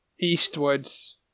eastwards